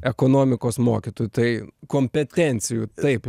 ekonomikos mokytoju tai kompetencijų taip